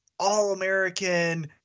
all-American